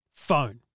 phone